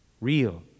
Real